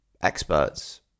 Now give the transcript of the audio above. experts